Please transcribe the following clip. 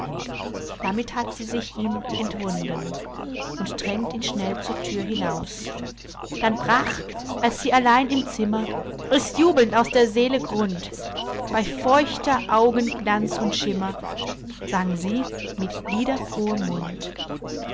damit hat sie sich ihm entwunden und drängt ihn schnell zur thür hinaus dann brach als sie allein im zimmer es jubelnd aus der seele grund bei feuchter augen glanz und schimmer sang sie mit liederfrohem mund